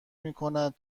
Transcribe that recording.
میکند